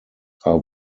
are